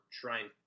trying